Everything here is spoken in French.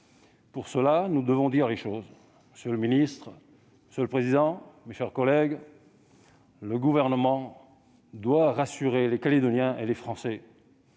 Pour cela, nous devons dire les choses. Monsieur le président, monsieur le ministre, mes chers collègues, le Gouvernement doit rassurer les Calédoniens et les Français.